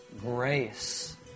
grace